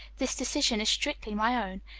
this decision is strictly my own.